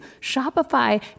Shopify